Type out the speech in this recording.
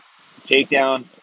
takedown